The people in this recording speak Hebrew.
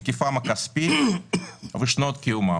היקפן הכספים ושנות קיומן.